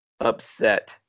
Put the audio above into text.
upset